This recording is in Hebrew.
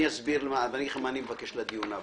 אני אגיד לך מה אני מבקש לדיון הבא.